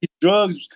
drugs